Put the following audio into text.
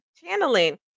channeling